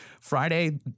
Friday